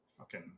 Okay